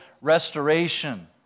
restoration